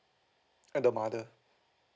at the mother